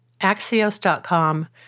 Axios.com